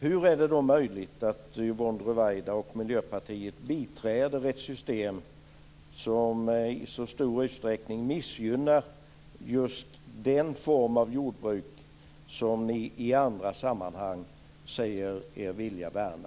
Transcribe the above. Hur är det då möjligt att Yvonne Ruwaida och Miljöpartiet biträder ett system som i så stor utsträckning missgynnar just den form av jordbruk som de i andra sammanhang säger sig vilja värna?